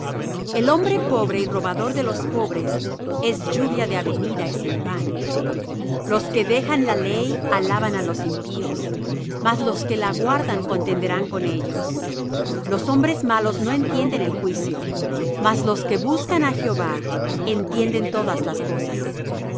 el hombre pobre y robador de los pobres es lluvia de avenida y sin pan los que dejan la ley alaban á los impíos mas los que la guardan contenderán con ellos los hombres malos no entienden el juicio mas los que buscan á jehová entienden todas las cosas